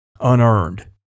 unearned